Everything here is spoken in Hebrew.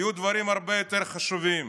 היו דברים הרבה יותר חשובים.